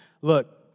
Look